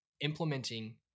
implementing